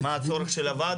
מה הצורך של הוועד